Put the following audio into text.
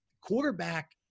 quarterback